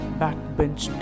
backbench